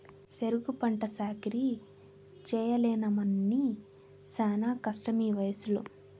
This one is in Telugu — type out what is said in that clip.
సెరుకు పంట సాకిరీ చెయ్యలేనమ్మన్నీ శానా కష్టమీవయసులో